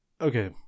okay